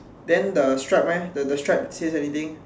then the stripe leh the the stripe says anything